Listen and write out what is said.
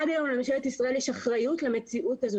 עד היום לממשלת ישראל יש אחריות למציאות הזו.